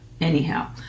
anyhow